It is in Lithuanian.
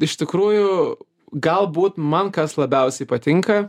iš tikrųjų galbūt man kas labiausiai patinka